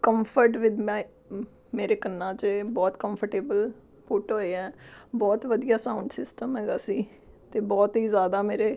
comfort with my ਮ ਮੇਰੇ ਕੰਨਾਂ 'ਚ ਬਹੁਤ ਕੰਫਰਟੇਬਲ ਫੁੱਟ ਹੋਏ ਹੈ ਬਹੁਤ ਵਧੀਆ ਸਾਊਂਡ ਸਿਸਟਮ ਹੈਗਾ ਸੀ ਅਤੇ ਬਹੁਤ ਹੀ ਜ਼ਿਆਦਾ ਮੇਰੇ